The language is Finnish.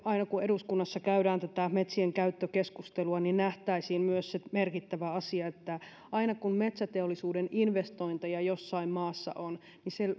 aina kun eduskunnassa käydään tätä metsienkäyttökeskustelua niin nähtäisiin myös se merkittävä asia että aina kun metsäteollisuuden investointeja jossain maassa on niin se